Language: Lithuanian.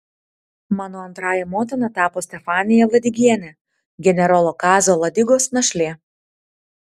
mano antrąja motina tapo stefanija ladigienė generolo kazio ladigos našlė